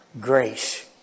Grace